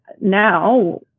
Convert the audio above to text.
now